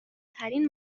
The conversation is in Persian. ترین